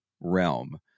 realm